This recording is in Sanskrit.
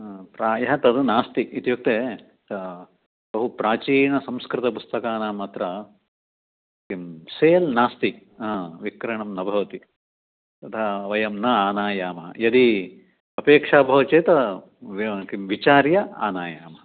प्रायः तत् नास्ति इत्युक्ते बहुप्रचीनसंस्कृतपुस्तकानाम् अत्र किं सेल् नास्ति विक्रणं न भवति तथा वयं न आनायामः यदि अपेक्षा भवति चेत् किं विचार्य आनयामः